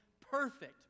perfect